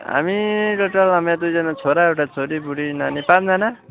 हामी टोटल अब मेरो दुईजना छोरा एउटा छोरी बुढी नानी पाँचजना